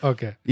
Okay